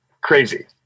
crazy